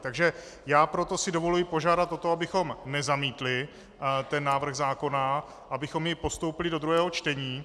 Takže proto si dovoluji požádat o to, abychom nezamítli návrh zákona, abychom jej postoupili do druhého čtení.